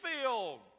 field